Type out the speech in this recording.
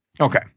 Okay